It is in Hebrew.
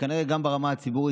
וכנראה גם ברמה הציבורית.